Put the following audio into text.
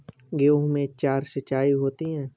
गेहूं में चार सिचाई होती हैं